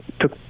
took